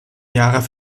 jahre